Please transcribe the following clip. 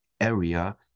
area